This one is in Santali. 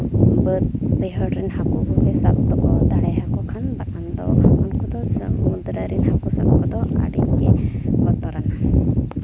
ᱵᱟᱹᱫᱽ ᱵᱟᱹᱭᱦᱟᱹᱲ ᱨᱮᱱ ᱦᱟᱹᱠᱩ ᱠᱚᱜᱮ ᱥᱟᱵ ᱫᱚᱦᱚ ᱫᱟᱲᱮᱭᱟᱠᱚ ᱠᱷᱟᱱ ᱵᱟᱠᱷᱟᱱ ᱫᱚ ᱩᱱᱠᱩ ᱫᱚ ᱥᱟᱵ ᱢᱩᱫᱽᱨᱮ ᱟᱹᱰᱤᱜᱮ ᱵᱚᱛᱚᱨᱟᱱᱟ